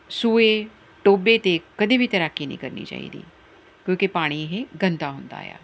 ਸੂਏ ਟੋਬੇ 'ਤੇ ਕਦੇ ਵੀ ਤੈਰਾਕੀ ਨਹੀਂ ਕਰਨੀ ਚਾਹੀਦੀ ਕਿਉਂਕਿ ਪਾਣੀ ਇਹ ਗੰਦਾ ਹੁੰਦਾ ਆ